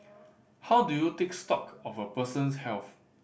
how do you take stock of a person's health